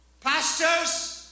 Pastors